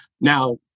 Now